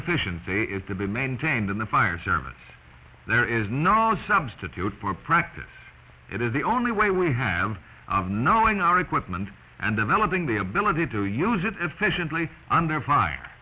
efficiency to be maintained in the fire service there is no substitute for practice it is the only way we have knowing our equipment and developing the ability to use it efficiently under